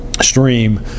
stream